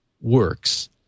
works